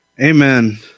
Amen